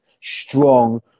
strong